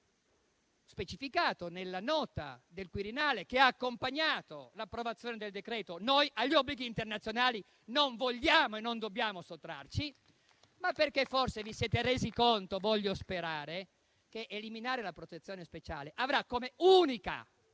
specificato nella nota del Quirinale che ha accompagnato l'approvazione del decreto - noi agli obblighi internazionali non vogliamo e non dobbiamo sottrarci, ma anche perché forse vi siete resi conto - voglio sperare - che eliminare la protezione speciale avrà come unica,